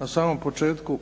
na samom početku